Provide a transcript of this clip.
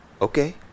Okay